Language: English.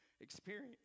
experience